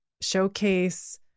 showcase